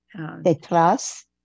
Detrás